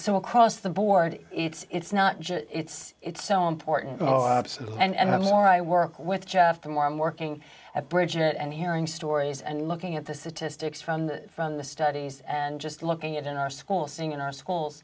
so across the board it's it's not just it's it's so important and the more i work with jeff the more i'm working at bridges and hearing stories and looking at the statistics from the from the studies and just looking at in our school seeing in our schools